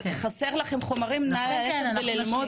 אז אם חסר לכם חומרים נא ללכת וללמוד